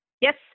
Yes